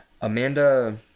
amanda